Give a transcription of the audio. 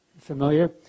Familiar